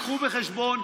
תביאו בחשבון,